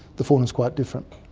the fauna is quite different.